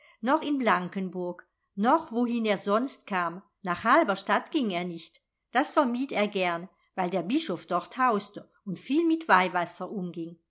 noch in blankenburg noch wohin er sonst kam nach halberstadt ging er nicht das vermied er gern weil der bischof dort hauste und viel mit weihwasser umging